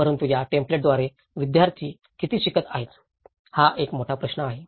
परंतु या टेम्पलेटद्वारे विद्यार्थी किती शिकत आहे हा एक मोठा प्रश्न आहे